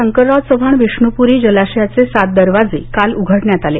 शंकरराव चव्हाण विष्णूप्री जलाशयाचे सात दरवाजे काल उघडण्यात आले